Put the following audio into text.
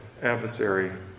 adversary